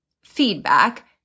feedback